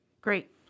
Great